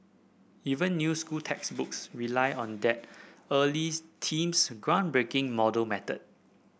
even new school textbooks rely on that early team's groundbreaking model method